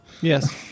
Yes